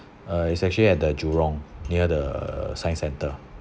uh it's actually at the jurong near the science centre